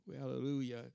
Hallelujah